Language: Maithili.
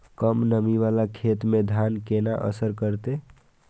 कम नमी वाला खेत में धान केना असर करते?